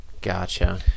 Gotcha